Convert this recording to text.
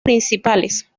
principales